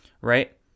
right